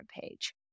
page